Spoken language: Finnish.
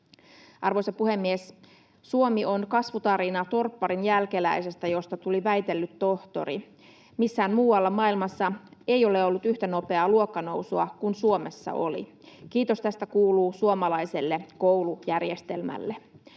Arvoisa puhemies! Suomi on kasvutarina torpparin jälkeläisestä, josta tuli väitellyt tohtori. Missään muualla maailmassa ei ole ollut yhtä nopeaa luokkanousua kuin Suomessa oli. Kiitos tästä kuuluu suomalaiselle koulujärjestelmälle.